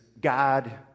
God